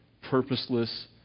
purposeless